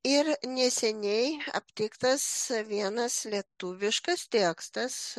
ir neseniai aptiktas vienas lietuviškas tekstas